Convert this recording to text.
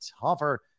tougher